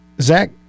Zach